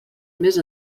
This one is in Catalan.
més